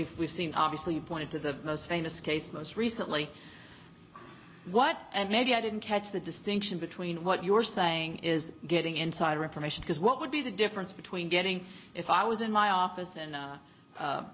mean we've seen obviously pointed to the most famous case most recently what and maybe i didn't catch the distinction between what you're saying is getting insider information because what would be the difference between getting if i was in my office and